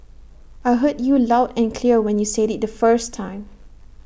I heard you loud and clear when you said IT the first time